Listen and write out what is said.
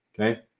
Okay